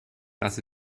das